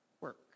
work